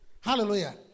hallelujah